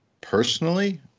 Personally